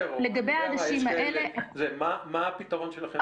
מה הפתרון שלכם?